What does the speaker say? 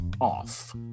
off